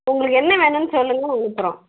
உங்களுக்கு என்ன வேணும்னு சொல்லுங்க நாங்கள் அனுப்புகிறோம்